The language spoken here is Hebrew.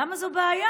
למה זה בעיה?